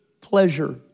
pleasure